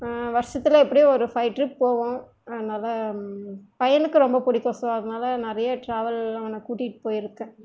வருஷத்தில் எப்படியும் ஒரு ஃபை ட்ரிப் போவோம் அதனால் பையனுக்கும் ரொம்ப பிடிக்கும் ஸோ அதனால் நிறைய ட்ராவல்லெலாம் அவனை கூட்டிகிட்டு போயிருக்கேன்